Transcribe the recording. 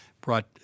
brought